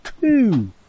two